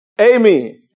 Amen